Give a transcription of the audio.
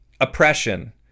oppression